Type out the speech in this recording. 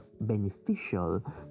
beneficial